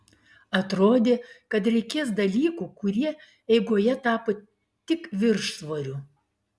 atrodė kad reikės dalykų kurie eigoje tapo tik viršsvoriu